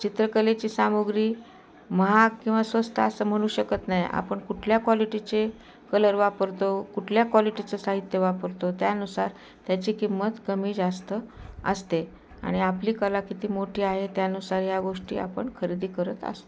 चित्रकलेची सामुग्री महाग किंवा स्वस्त असं म्हणू शकत नाही आपण कुठल्या क्वालिटीचे कलर वापरतो कुठल्या क्वालिटीचं साहित्य वापरतो त्यानुसार त्याची किंमत कमी जास्त असते आणि आपली कला किती मोठी आहे त्यानुसार ह्या गोष्टी आपण खरेदी करत असतो